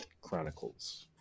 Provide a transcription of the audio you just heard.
Chronicles